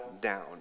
down